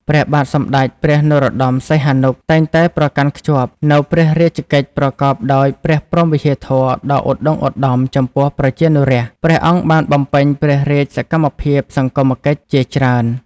ព្រះបាទសម្ដេច ព្រះនរោត្ដម សីហនុ តែងតែប្រកាន់ខ្ជាប់នូវព្រះរាជកិច្ចប្រកបដោយព្រះព្រហ្មវិហារធម៌ដ៏ឧត្ដុង្គឧត្ដមចំពោះប្រជានុរាស្ត្រ ព្រះអង្គបានបំពេញព្រះរាជសកម្មភាពសង្គមកិច្ចជាច្រើន។